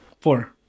four